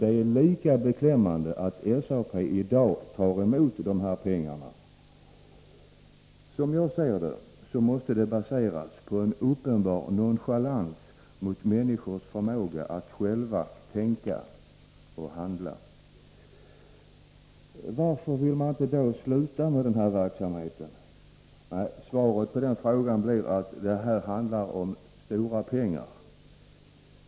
Det är lika beklämmande att SAP i dag tar emot pengar i form av medlemsavgifter. Som jag ser det, måste detta baseras på en uppenbar nonchalans mot människors förmåga att själva tänka och handla. Varför vill man då inte sluta med denna verksamhet? Svaret på den frågan blir att det här handlar om stora pengar.